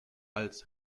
als